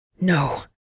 No